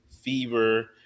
fever